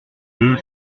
deux